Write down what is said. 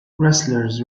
wrestlers